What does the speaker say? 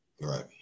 Right